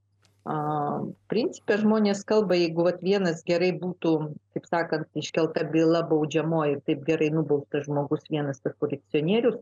principe žmonės kalba jeigu vat vienas gerai būtų taip sakant iškelta byla baudžiamoji taip gerai nubaustas žmogus vienas tarp kolekcionierių